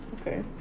Okay